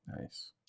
nice